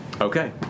Okay